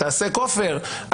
תעשה כופר,